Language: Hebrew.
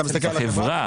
אתה מסתכל על החברה?